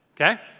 Okay